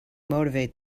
motivate